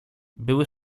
były